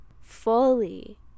fully